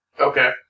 Okay